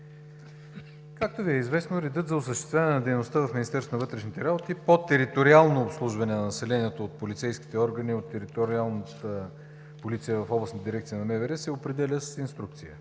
както Ви е известно редът за осъществяване на дейността в Министерството на вътрешните работи по териториално обслужване на населението от полицейските органи, от териториалната полиция в Областната дирекция на МВР, се определя с инструкция.